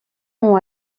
ont